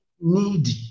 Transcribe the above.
needy